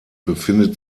befindet